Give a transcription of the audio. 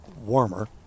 warmer